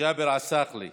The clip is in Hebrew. ג'אבר עסאקלה,